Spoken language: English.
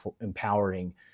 empowering